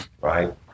right